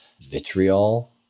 vitriol